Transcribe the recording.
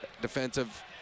defensive